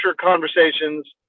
conversations